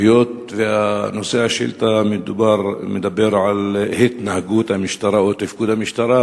והיות שנושא השאילתא מדבר על התנהגות המשטרה או תפקוד המשטרה,